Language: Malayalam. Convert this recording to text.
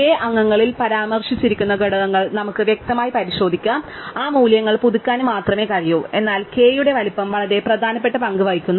K അംഗങ്ങളിൽ പരാമർശിച്ചിരിക്കുന്ന ഘടകങ്ങൾ നമുക്ക് വ്യക്തമായി പരിശോധിക്കാനും ആ മൂല്യങ്ങൾ പുതുക്കാനും മാത്രമേ കഴിയൂ എന്നാൽ k യുടെ വലിപ്പം വളരെ പ്രധാനപ്പെട്ട പങ്ക് വഹിക്കുന്നു